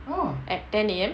at ten A_M